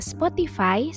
Spotify